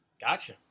Gotcha